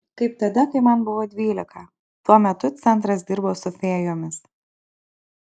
kaip tada kai man buvo dvylika tuo metu centras dirbo su fėjomis